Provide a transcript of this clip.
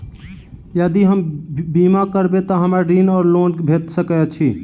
यदि हम बीमा करबै तऽ हमरा ऋण वा लोन भेट सकैत अछि?